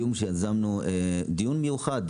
יזמנו דיון מיוחד,